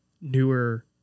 newer